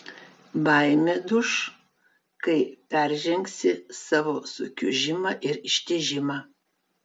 baimė duš kai peržengsi savo sukiužimą ir ištižimą